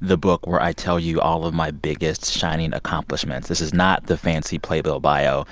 the book where i tell you all of my biggest shining accomplishments. this is not the fancy playbill bio.